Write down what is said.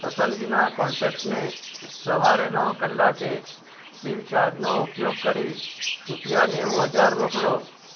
પસંદગીના કોન્ટેક્ટસને સવારે નવ કલાકે ફ્રીચાર્જનો ઉપયોગ કરી રૂપિયા નેવુ હજાર મોકલો